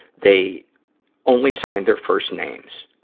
they only signed their first names.